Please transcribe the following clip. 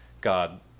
God